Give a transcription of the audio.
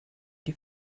die